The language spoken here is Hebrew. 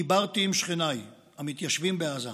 דיברתי עם שכניי המתיישבים בעזה,